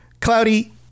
Cloudy